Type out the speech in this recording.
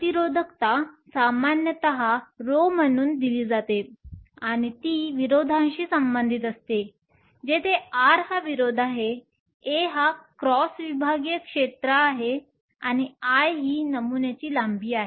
प्रतिरोधकता सामान्यतः ρ म्हणून दिली जाते आणि ती विरोधाशी संबंधित असते जेथे R हा विरोध आहे A हा क्रॉस विभागीय क्षेत्र आहे आणि l ही नमुन्याची लांबी आहे